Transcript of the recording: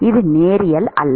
இது நேரியல் அல்ல